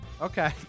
okay